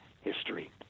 history